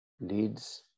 leads